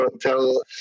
tell